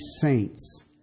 saint's